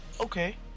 okay